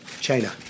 China